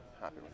Happy